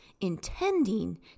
intending